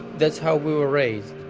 that's how we were raised,